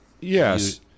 Yes